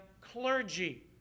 clergy